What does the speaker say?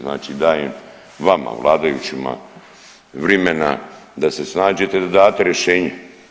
Znači dajem vama vladajućima vrimena da se snađete, da date rješenje.